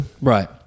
right